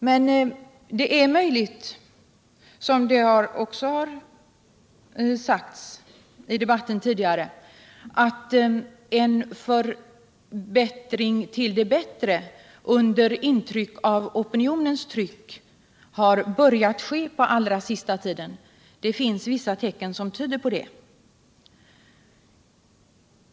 Men det är möjligt, som också har sagts tidigare i debatten, att en förändring till det bättre under opinionens tryck har börjat ske på sista tiden — det finns vissa tecken som tyder på det.